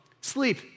sleep